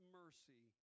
mercy